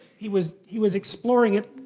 he was he was exploring it,